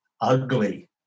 ugly